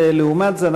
ולעומת זאת,